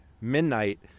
midnight